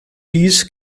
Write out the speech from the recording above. dies